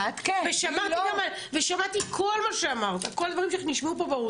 אמרת דברים שעוד שנייה התקפלה בכיסא,